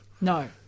No